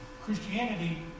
Christianity